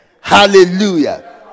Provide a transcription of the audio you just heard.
hallelujah